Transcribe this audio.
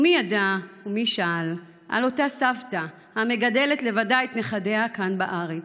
ומי ידע ומי שאל על אותה סבתא המגדלת לבדה את נכדיה כאן בארץ?